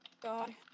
God